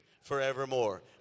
forevermore